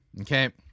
Okay